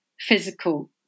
physical